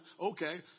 okay